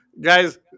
Guys